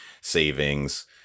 savings